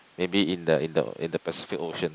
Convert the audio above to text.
maybe in the in the in the Pacific Ocean